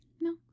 No